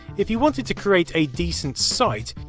if you wanted to create a decent site,